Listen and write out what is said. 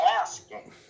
asking